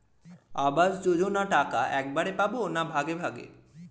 আবাস যোজনা টাকা একবারে পাব না ভাগে ভাগে?